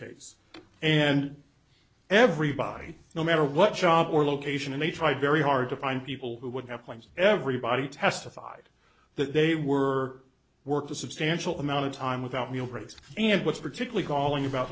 case and everybody no matter what job or location and they tried very hard to find people who would have claims everybody testified that they were worked a substantial amount of time without meal breaks and what's particularly galling about